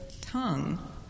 tongue